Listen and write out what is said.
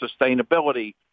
sustainability